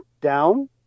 down